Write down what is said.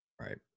Right